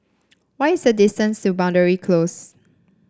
what is the distance to Boundary Close